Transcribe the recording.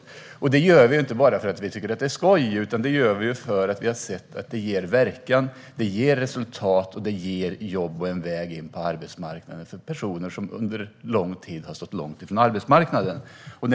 Detta förslag lägger vi inte fram bara för att det är skoj utan för att vi har sett att RUT ger verkan, resultat, jobb och en väg in på arbetsmarknaden för personer som under lång tid har stått långt ifrån arbetsmarknaden.